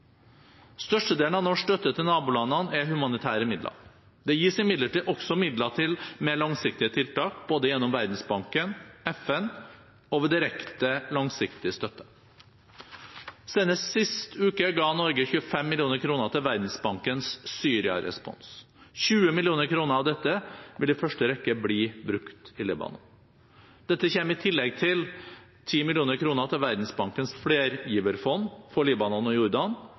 Størstedelen av norsk støtte til nabolandene er humanitære midler. Det gis imidlertid også midler til mer langsiktige tiltak, både gjennom Verdensbanken, FN og ved direkte langsiktig støtte. Senest sist uke ga Norge 25 mill. kr til Verdensbankens Syria-respons. 20 mill. kr av dette vil i første rekke bli brukt i Libanon. Dette kommer i tillegg til 10 mill. kr til Verdensbankens flergiverfond for Libanon og Jordan,